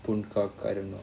puncak I don't know